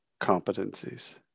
competencies